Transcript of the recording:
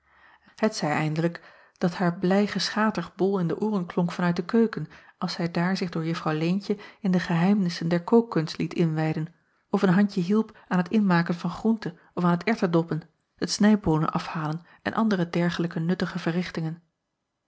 t zij eindelijk dat haar blij geschater ol in de ooren klonk van uit de keuken als zij daar zich door uffrouw eentje in de geheimnissen der kookkunst liet inwijden of een handje hielp aan t inmaken van groenten of aan t erwten doppen het snijboonen afhalen en andere dergelijke nuttige verrichtingen